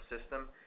system